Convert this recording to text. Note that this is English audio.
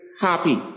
happy